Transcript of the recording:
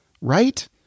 right